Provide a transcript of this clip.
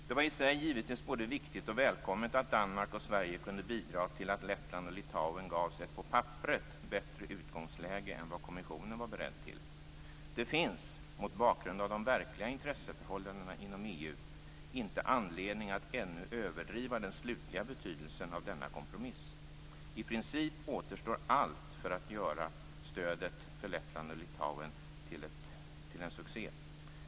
Det var givetvis både viktigt och välkommet att Danmark och Sverige kunde bidra till att Lettland och Litauen gavs ett på papperet bättre utgångsläge än vad kommissionen var beredd till. Men det finns, mot bakgrund av de verkliga intresseförhållandena inom EU, inte anledning att överdriva den slutliga betydelsen av denna kompromiss. I princip återstår allt för att göra stödet för Lettland och Litauen till en succé.